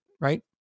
right